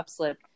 upslip